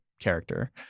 character